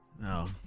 No